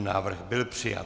Návrh byl přijat.